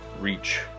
reach